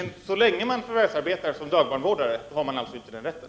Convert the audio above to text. Herr talman! Men så länge man förvärvsarbetar som dagbarnvårdare har man alltså inte den rätten.